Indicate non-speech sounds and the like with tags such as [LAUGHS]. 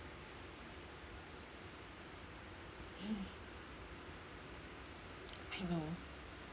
[LAUGHS] I know